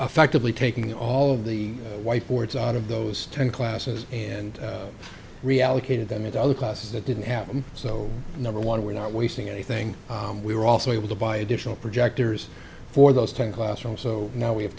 affected me taking all of the white boards out of those ten classes and reallocated them into other classes that didn't happen so number one we're not wasting anything we were also able to buy additional projectors for those ten classrooms so now we have